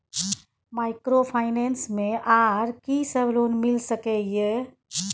Microfinance मे आर की सब लोन मिल सके ये?